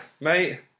mate